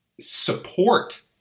support